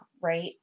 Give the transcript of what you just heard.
right